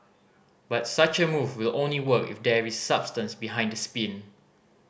but such a move will only work if there is substance behind the spin